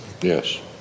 Yes